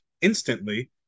instantly